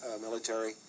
military